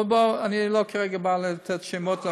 אבל בוא, אני לא בא כרגע לתת שמות.